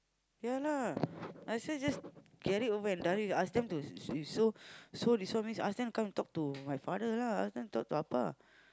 ya lah might as well just get it over and done with ask them to so so this one means ask them come talk to my father lah ask them talk to Appa